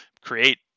create